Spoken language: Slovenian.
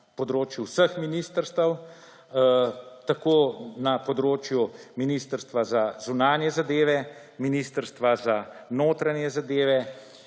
vseh ministrstev, tako na področju Ministrstva za zunanje zadeve, Ministrstva za notranje zadeve,